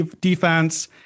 defense